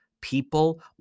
People